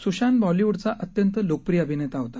सुशांत बॉलिवूडचा अत्यंत लोकप्रिय अभिनेता होता